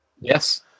Yes